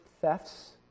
thefts